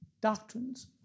doctrines